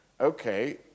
Okay